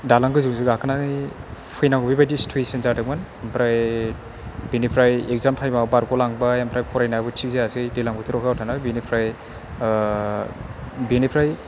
दालां गोजौजों गाखोनानै फैनांगौ बैबायदि सिथुयेसन जादोंमोन ओमफ्राय बेनिफ्राय इकजाम थाइमआ बारगलांबाय ओमफ्राय फरायनायाबो थिग जायासै दैज्लां बोथोराव अखा हाबाय थानानै बेनिफ्राय बेनिफ्राय